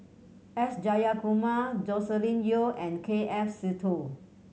S Jayakumar Joscelin Yeo and K F Seetoh